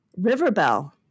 Riverbell